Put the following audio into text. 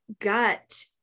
gut